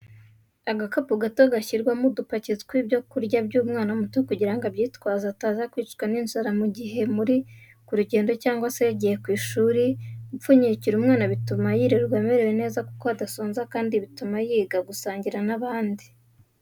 Agakapu gato gashyirwamo udupaki tw'ibyo kurya by'umwana muto kugirango abyitwaze ataza kwicwa n'inzara mu gihe muri ku rugendo cyangwa se yagiye ku ishuri, gupfunyikira umwana bituma yirirwa amerewe neza kuko adasonza kandi bituma yiga gusangira n'abandi.